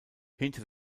hinter